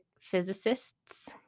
physicists